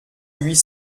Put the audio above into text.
huit